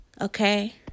Okay